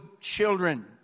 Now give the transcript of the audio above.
children